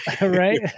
Right